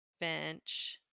bench